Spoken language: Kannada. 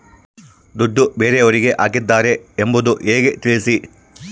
ದುಡ್ಡು ಬೇರೆಯವರಿಗೆ ಹಾಕಿದ್ದಾರೆ ಎಂಬುದು ಹೇಗೆ ತಿಳಿಸಿ?